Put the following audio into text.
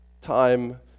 time